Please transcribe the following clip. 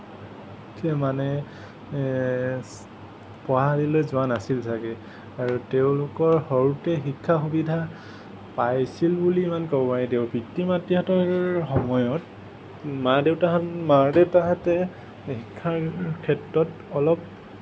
তেওঁ মানে পঢ়াশালীলৈ যোৱা নাছিল চাগে আৰু তেওঁলোকৰ সৰুতে শিক্ষা সুবিধা পাইছিল বুলি ইমান ক'ব নোৱাৰি পিতৃ মাতৃহতঁৰ সময়ত মা দেউতাহঁত মা দেউতাহঁতে শিক্ষাৰ ক্ষেত্ৰত অলপ